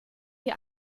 die